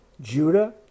Judah